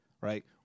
right